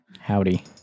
Howdy